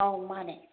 ꯑꯥꯎ ꯃꯥꯅꯦ